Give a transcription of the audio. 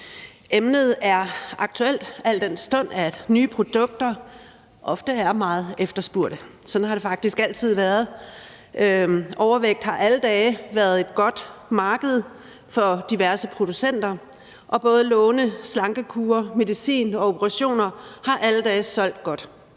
Emnet er aktuelt, al den stund at nye produkter ofte er meget efterspurgte, og sådan har det faktisk altid været. Overvægt har alle dage været et godt marked for diverse producenter, og både lovende slankekure, medicin og operationer har alle dage solgt godt.